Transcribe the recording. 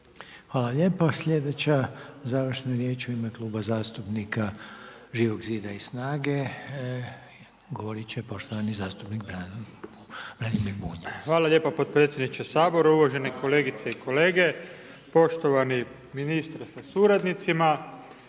Hvala lijepa. Sljedeća završna riječ u ime Kluba zastupnika Živog zida i Snage govorit će poštovani zastupnik Branimir Bunjac. **Bunjac, Branimir (Živi zid)** Hvala lijepa potpredsjedniče Sabora, uvažene kolegice i kolege, poštovani ministre sa suradnicima.